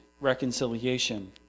reconciliation